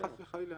חס וחלילה.